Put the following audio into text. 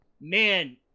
man